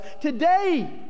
today